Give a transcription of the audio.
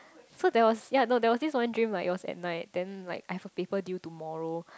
so there was yea there was one dream like it was at night then like I have a paper due tomorrow